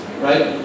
right